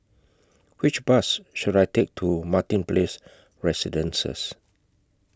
Which Bus should I Take to Martin Place Residences